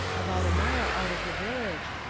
about a mile out of the village,